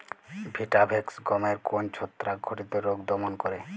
Vitavax গমের কোন ছত্রাক ঘটিত রোগ দমন করে?